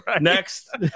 Next